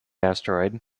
asteroid